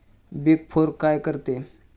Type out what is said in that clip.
Big four काय करते?